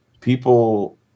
people